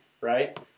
right